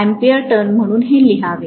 ampere turn म्हणून हे लिहावे